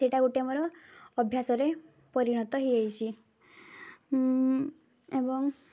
ସେଇଟା ଗୋଟେ ଆମର ଅଭ୍ୟାସରେ ପରିଣତ ହୋଇଯାଇଛି ଏବଂ